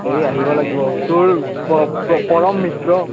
এই আহিব লাগিব তোৰ পৰম মিত্ৰ